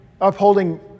upholding